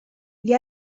gli